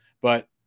But-